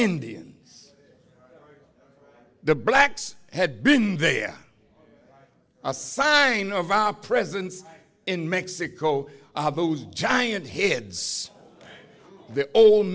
indians the blacks had been there a sign of our presence in mexico those giant heads